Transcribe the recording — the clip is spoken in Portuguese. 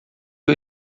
que